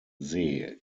see